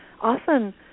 often